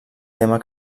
tema